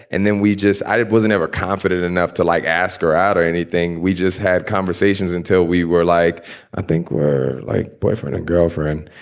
and then we just i wasn't ever confident enough to, like, ask her out or anything. we just had conversations until we were like i think were like boyfriend and girlfriend.